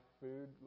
food